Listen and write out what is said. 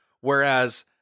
whereas